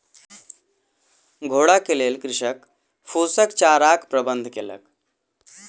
घोड़ा के लेल कृषक फूसक चाराक प्रबंध केलक